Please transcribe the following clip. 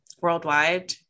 worldwide